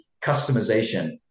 customization